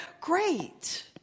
great